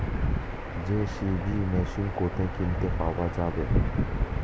JCB machine কোথায় কিনতে পাওয়া যাবে?